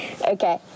Okay